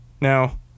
Now